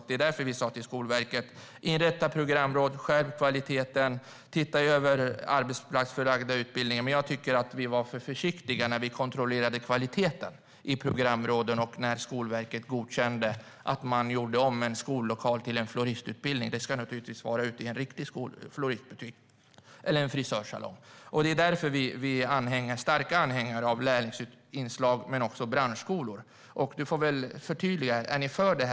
Det är därför vi sa till Skolverket: Inrätta programråd, skärp kvaliteten och titta över arbetsplatsförlagda utbildningar! Jag tycker dock att vi var för försiktiga när vi kontrollerade kvaliteten i programråden och när Skolverket godkände att man gjorde om en skollokal till en floristutbildning. Det ska naturligtvis vara ute i en riktig floristbutik eller i en frisörsalong, i det fallet. Det är därför vi är starka anhängare av lärlingsinslag men också av branschskolor. Du får förtydliga, Daniel Riazat.